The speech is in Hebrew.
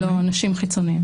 לא, אנשים חיצוניים.